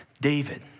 David